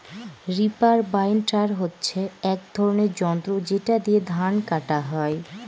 reaper binder হচ্ছে এক ধরনের যন্ত্র যেটা দিয়ে ধান কাটা হয়